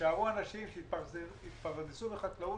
שיישארו אנשים שיתפרנסו מחקלאות,